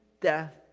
death